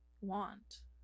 want